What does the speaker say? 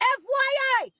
fyi